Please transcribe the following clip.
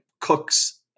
Cooks